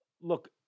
look